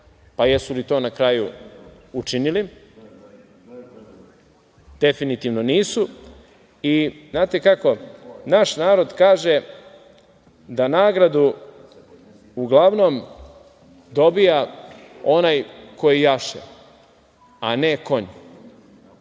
Jesu li to na kraju učinili? Definitivno nisu. Znate kako, naš narod kaže da nagradu uglavnom dobija onaj koji jaše, a ne konj.